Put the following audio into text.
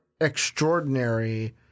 extraordinary